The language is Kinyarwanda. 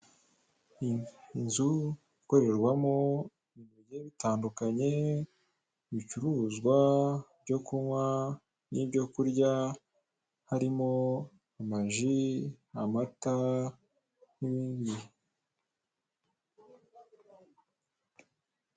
Inzu ikorerwamo ibintu bigiye bitandukanye, ibicuruzwa byo kunywa n'ibyo kurya harimo amaji, amata n'ibindi bintu.